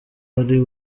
wari